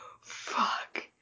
fuck